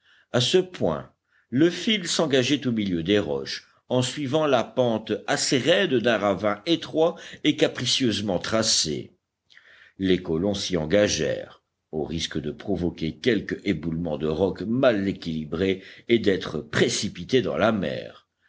à ce point le fil s'engageait au milieu des roches en suivant la pente assez raide d'un ravin étroit et capricieusement tracé les colons s'y engagèrent au risque de provoquer quelque éboulement de rocs mal équilibrés et d'être précipités dans la mer